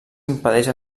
impedeix